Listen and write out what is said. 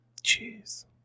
Jeez